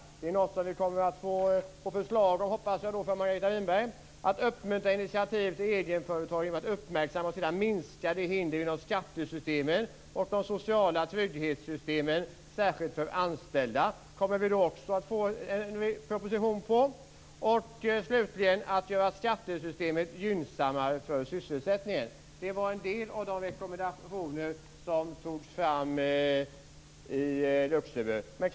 Jag hoppas alltså att vi kan få ett sådant förslag från Margareta Winberg. Det gäller vidare att uppmuntra initiativ till egenföretag genom att uppmärksamma och sedan minska hinder inom skattesystemen och de sociala trygghetssystemen särskilt för de anställda. Också detta kommer vi alltså att få en proposition om. Slutligen handlar det om att göra skattesystemet gynnsammare för sysselsättningen. Det var en del av de rekommendationer som togs fram i Luxemburg.